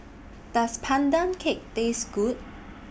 Does Pandan Cake Taste Good